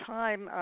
time